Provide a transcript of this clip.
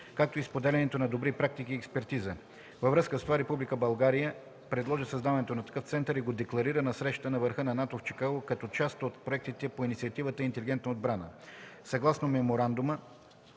както и споделянето на добри практики и експертиза. Във връзка с това Република България предложи създаването на такъв център и го декларира на срещата на върха на НАТО в Чикаго като част от проектите по инициативата „Интелигентна отбрана”. Съгласно меморандума